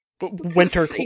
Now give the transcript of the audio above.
Winter